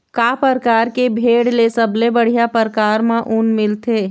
का परकार के भेड़ ले सबले बढ़िया परकार म ऊन मिलथे?